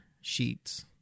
sheets